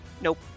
Nope